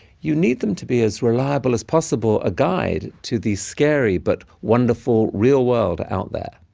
you need them to be as reliable as possible a guide, to the scary but wonderful real world out there.